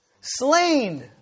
Slain